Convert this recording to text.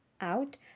out